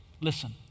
Listen